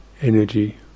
energy